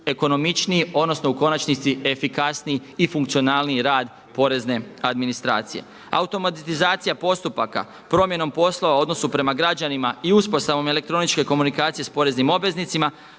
ekonomičniji odnosno u konačnici efikasniji i funkcionalniji rad porezne administracije. Automatizacija postupaka, promjenom poslova u odnosu prema građanima i uspostavom električne komunikacije s poreznim obveznicima,